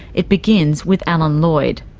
it begins with alan lloyd.